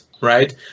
right